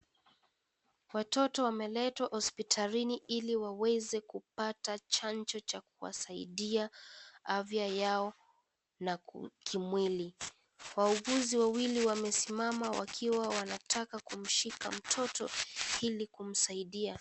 Watoto wameletwa hospitalini ili waweze kupata chanjo cha kuwasaidia afya yao na kimwili. Wauguzi wawili wamesimama wakiwa wanataka kumshika mtoto, ili kumsaidia.